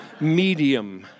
Medium